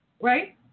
right